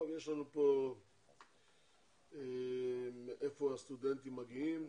טוב, יש לנו פה מאיפה הסטודנטים מגיעים,